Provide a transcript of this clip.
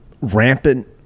rampant